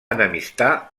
enemistar